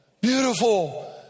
beautiful